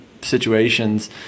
situations